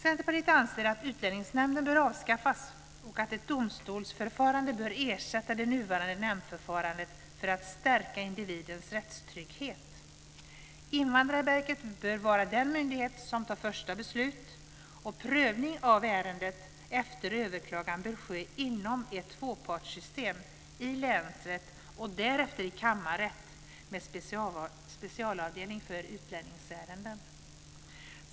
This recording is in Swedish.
Centerpartiet anser att Utlänningsnämnden bör avskaffas och att ett domstolsförfarande bör ersätta det nuvarande nämndförfarandet för att stärka individens rättstrygghet. Invandrarverket bör vara den myndighet som tar första beslut. Prövning av ärendet efter överklagan bör ske inom ett tvåpartssystem i länsrätt och därefter i kammarrätt med specialavdelning för utlänningsärenden.